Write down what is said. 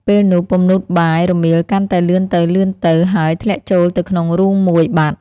ពេលនោះពំនូកបាយរមៀលកាន់តែលឿនទៅ ៗ ហើយធ្លាក់ចូលទៅក្នុងរូងមួយបាត់ ។